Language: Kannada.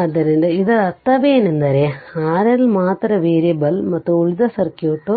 ಆದ್ದರಿಂದ ಇದರ ಅರ್ಥವೇನೆಂದರೆ RL ಮಾತ್ರ ವೇರಿಯಬಲ್ ಮತ್ತು ಉಳಿದ ಸರ್ಕ್ಯೂಟ್